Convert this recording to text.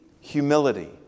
Humility